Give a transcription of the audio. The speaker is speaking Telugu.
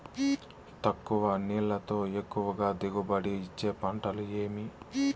తక్కువ నీళ్లతో ఎక్కువగా దిగుబడి ఇచ్చే పంటలు ఏవి?